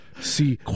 see